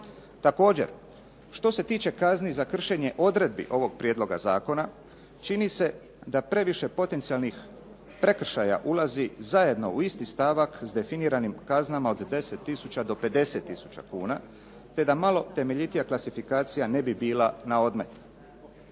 Također, što se tiče kazni za kršenje odredbi ovog prijedloga zakona čini se da previše potencijalnih prekršaja ulazi zajedno u isti stavak s definiranim kaznama od 10000 do 50000 kuna, te da malo temeljitija klasifikacija ne bi bila na odmet.